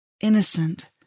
innocent